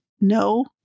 no